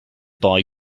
boy